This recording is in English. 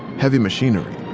heavy machinery.